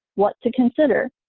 what to consider,